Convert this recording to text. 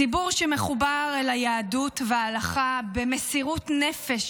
ציבור שמחובר אל היהדות וההלכה במסירות נפש